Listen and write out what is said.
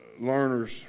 learners